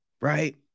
right